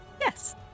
Yes